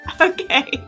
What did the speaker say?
Okay